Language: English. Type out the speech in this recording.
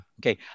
okay